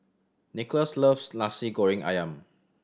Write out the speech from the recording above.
Nickolas loves Nasi Goreng Ayam